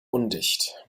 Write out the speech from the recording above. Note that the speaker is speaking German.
undicht